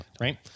Right